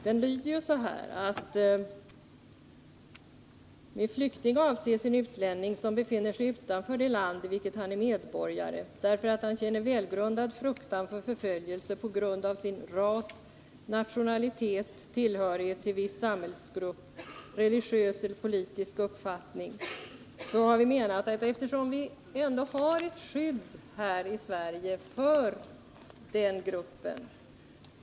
Denna lyder ju: ”Med flykting avses en utlänning som befinner sig utanför det land, i vilket han är medborgare, därför att han känner välgrundad fruktan för förföljelse på grund av sin ras, nationalitet, tillhörighet till en viss samhällsgrupp ——-- religiösa eller politiska uppfattning.” I Sverige har vi ändå ett skydd för denna grupp människor.